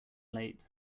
late